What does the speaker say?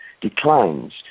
declines